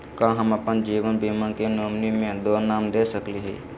का हम अप्पन जीवन बीमा के नॉमिनी में दो नाम दे सकली हई?